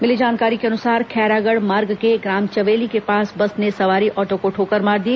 मिली जानकारी के अनुसार खैरागढ़ मार्ग के ग्राम चवेली के पास बस ने सवारी ऑटो को ठोकर मार दी